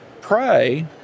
pray